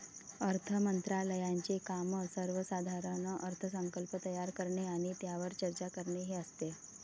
अर्थ मंत्रालयाचे काम सर्वसाधारण अर्थसंकल्प तयार करणे आणि त्यावर चर्चा करणे हे असते